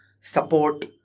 support